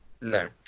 No